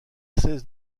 seize